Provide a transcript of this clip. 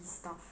stuff